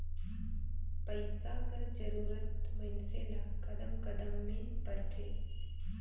पइसा कर जरूरत मइनसे ल कदम कदम में परथे